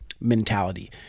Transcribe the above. mentality